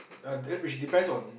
ya then which depends on